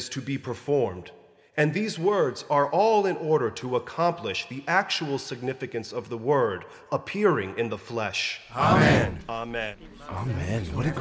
is to be performed and these words are all in order to accomplish the actual significance of the word appearing in the flesh and man oh man what